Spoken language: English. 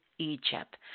Egypt